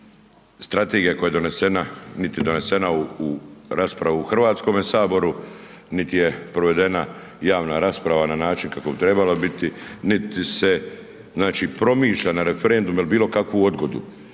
donesena, nit je donesena u raspravu u HS, nit je provedena javna rasprava na način kako bi trebala biti, niti se znači promišlja na referendum il bilo kakvu odgodu